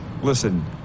listen